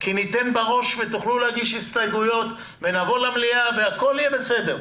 כי ניתן בראש ותוכלו להגיש הסתייגויות ונבוא למליאה והכול יהיה בסדר.